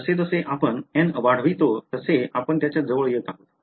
जसजसे आपण एन वाढवितो तसे आपण त्याच्या जवळ येत आहोत